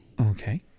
Okay